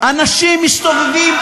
אנשים מסתובבים,